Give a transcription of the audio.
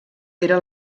era